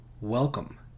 welcome